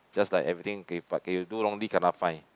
just like everything K you do wrongly kena fine